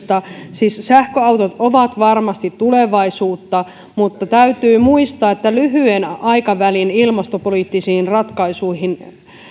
siis sähköautot ovat varmasti tulevaisuutta mutta täytyy muistaa että lyhyen aikavälin ilmastopoliittisten